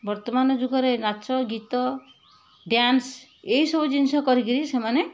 ବର୍ତ୍ତମାନ ଯୁଗରେ ନାଚ ଗୀତ ଡ୍ୟାନ୍ସ ଏଇ ସବୁ ଜିନିଷ କରିକିରି ସେମାନେ